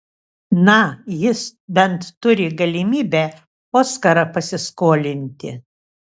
na jis bent turi galimybę oskarą pasiskolinti